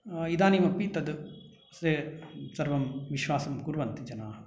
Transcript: इदानीमपि तद् ते सर्वं विश्वासं कुर्वन्ति जनाः